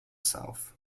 south